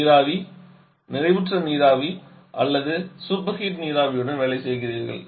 நீராவி நிறைவுற்ற நீராவி அல்லது சூப்பர் ஹீட் நீராவியுடன் வேலை செய்கிறீர்கள்